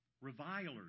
Revilers